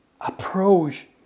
approach